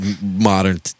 modern